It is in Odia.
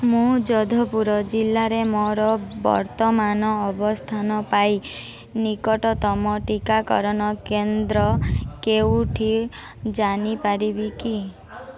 ମୁଁ ଯୋଧପୁର ଜିଲ୍ଲାରେ ମୋର ବର୍ତ୍ତମାନର ଅବସ୍ଥାନ ପାଇଁ ନିକଟତମ ଟିକାକରଣ କେନ୍ଦ୍ର କେଉଁଟି ଜାଣିପାରିବି କି